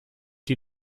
die